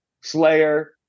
Slayer